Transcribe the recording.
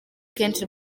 kenshi